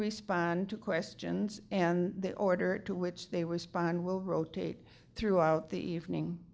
respond to questions and the order to which they respond will rotate throughout the evening